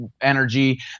energy